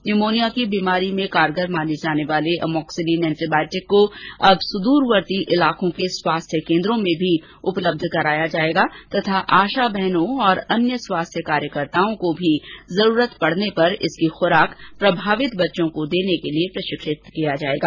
pneumonia की बीमारी में कारगर माने जाने वाले एमोक्सिलिन एंटी बायटिक को अब सुदूरवर्ती इलाकों के स्वास्थ्य केन्द्रों में भी उपलब्ध कराया जाएगा तथा आशा बहनों और अन्य स्वास्थ्य कार्यकर्ताओं को भी जरूरत पड़ने पर इसकी खुराक प्रभावित बच्चों को देने के लिए प्रशिक्षित किया जाएगा